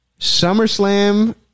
SummerSlam